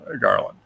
Garland